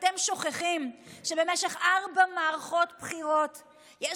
אתם שוכחים שבמשך ארבע מערכות בחירות יש